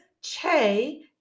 Che